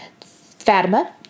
Fatima